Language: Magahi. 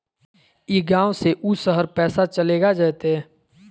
ई गांव से ऊ शहर पैसा चलेगा जयते?